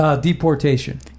deportation